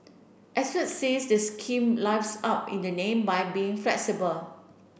experts says the scheme lives up in the name by being flexible